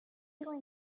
are